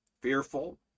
Fearful